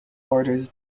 orders